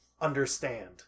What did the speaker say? understand